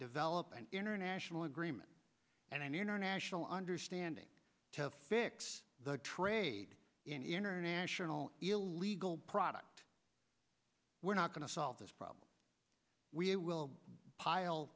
develop an international agreement and international understanding to fix the trade in international illegal product we're not going to solve this problem we will pile